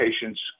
patients